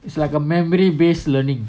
it's like a memory based learning